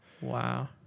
wow